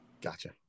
Gotcha